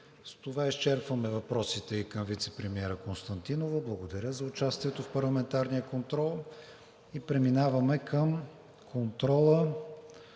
С това изчерпваме въпросите и към вицепремиера Константинова. Благодаря Ви за участието в парламентарния контрол. Преминаваме към контрола